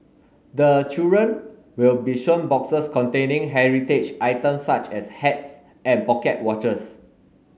the children will be shown boxes containing heritage items such as hats and pocket watches